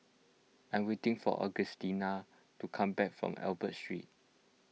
I'm waiting for Augustina to come back from Albert Street